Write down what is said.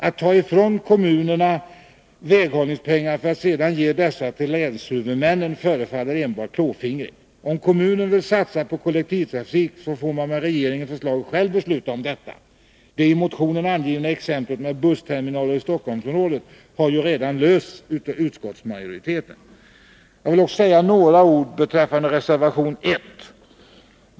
Att ta ifrån kommunen väghållningspengar för att sedan ge dessa till länshuvudmännen förefaller enbart klåfingrigt. Om kommunen vill satsa på kollektivtrafik, får man med regeringens förslag själv besluta om det. När det gäller det i motionen angivna exemplet med bussterminaler i Stockholmsområdet har detta problem redan lösts av utskottsmajoriteten. Jag vill också säga några ord beträffande reservation 1.